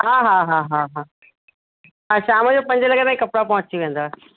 हा हा हा हा हा और शाम जो पंजे लॻे ताईं कपिड़ा पहुंची वेंदा